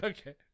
Okay